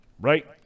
Right